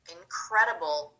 incredible